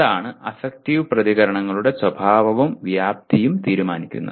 അതാണ് അഫക്റ്റീവ് പ്രതികരണങ്ങളുടെ സ്വഭാവവും വ്യാപ്തിയും തീരുമാനിക്കുന്നത്